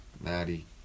Maddie